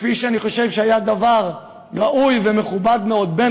כפי שאני חושב שהיה דבר ראוי ומכובד מאוד בין